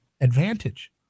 advantage